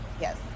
Yes